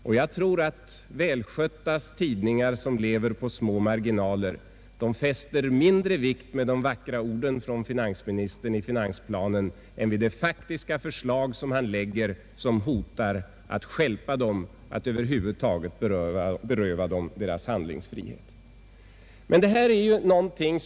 Och jag tror att välskötta tidningar som lever på små marginaler fäster mindre vikt vid herr Strängs vackra ord i finansplanen än vid de faktiska förslag finansministern lägger fram som hotar att stjälpa dem och beröva dem deras handlingsfrihet.